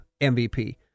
MVP